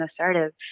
assertive